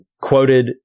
quoted